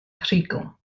rhugl